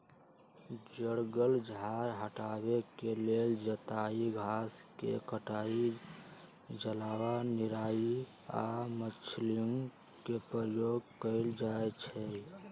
जङगल झार हटाबे के लेल जोताई, घास के कटाई, ज्वाला निराई आऽ मल्चिंग के प्रयोग कएल जाइ छइ